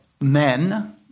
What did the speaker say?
men